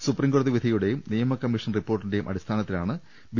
സുപ്രീംകോടതി വിധിയുടെയും നിയമ കമ്മീഷൻ റിപ്പോർട്ടിന്റെയും അടിസ്ഥാനത്തിലാണ് ബി